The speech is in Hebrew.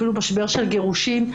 אפילו משבר של גירושין,